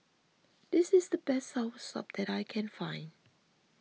this is the best Soursop that I can find